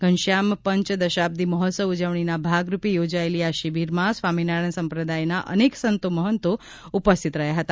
ઘનશ્યામ પંચ દશાબ્દિ મહોત્સવ ઉજવણીના ભાગરૂપે યોજાયેલી આ શિબિરમાં સ્વામિનારાયણ સંપ્રદાયના અનેક સંતો મહંતો ઉપસ્થિત રહ્યા હતા